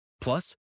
Plus